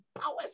powers